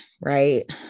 Right